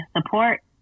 support